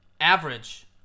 average